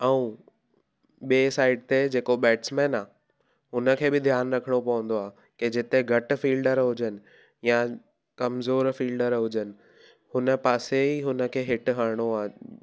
ऐं ॿिए साइड ते जेको बैट्समैन आहे उन खे बि ध्यानु रखिणो पवंदो आहे की जिते घटि फील्डर हुजनि या कमज़ोरु फील्डर हुजनि हुन पासे ई हुन खे हिट हणिणो आहे